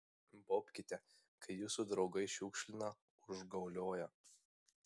baubkite kai jūsų draugai šiukšlina užgaulioja